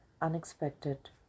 unexpected